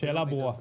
השאלה ברורה.